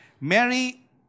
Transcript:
Mary